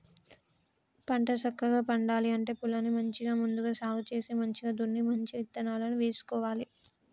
పంట సక్కగా పండాలి అంటే పొలాన్ని మంచిగా ముందుగా సాగు చేసి మంచిగ దున్ని మంచి ఇత్తనాలు వేసుకోవాలి